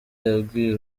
yabwiye